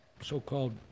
so-called